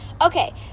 Okay